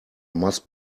must